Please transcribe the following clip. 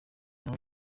nawe